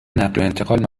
نقلوانتقالات